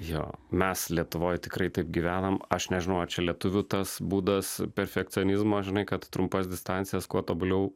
jo mes lietuvoj tikrai taip gyvenam aš ne žinau ar čia lietuvių tas būdas perfekcionizmo žinai kad trumpas distancijas kuo tobuliau